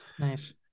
Nice